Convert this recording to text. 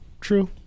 true